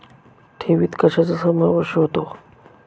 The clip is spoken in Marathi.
ठेवीत कशाचा समावेश होतो?